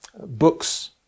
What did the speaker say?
Books